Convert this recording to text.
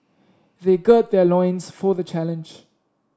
they gird their loins for the challenge